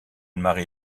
marie